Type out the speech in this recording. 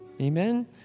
Amen